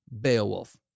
Beowulf